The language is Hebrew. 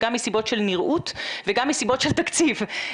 גם מסיבות של נראות וגם מסיבות של תקציב.